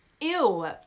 Ew